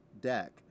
deck